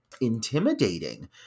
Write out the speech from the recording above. intimidating